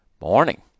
Morning